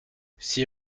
six